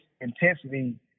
intensity